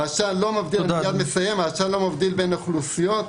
העשן לא מבדיל בין אוכלוסיות,